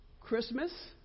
Christmas